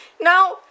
Now